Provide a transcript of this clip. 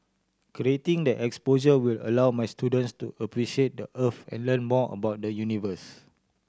creating the exposure will allow my students to appreciate the Earth and learn more about the universe